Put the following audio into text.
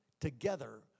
together